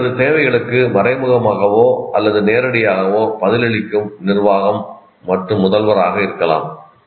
இது எனது தேவைகளுக்கு மறைமுகமாகவோ அல்லது நேரடியாகவோ பதிலளிக்கும் நிர்வாகம் மற்றும் முதல்வராக இருக்கலாம்